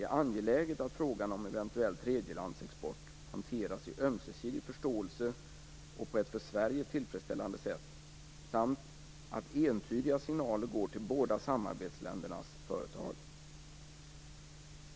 Det är angeläget att frågan om eventuell tredjelandsexport hanteras i ömsesidig förståelse och på ett för Sverige tillfredsställande sätt samt att entydiga signaler går till båda samarbetsländernas företag.